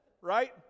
right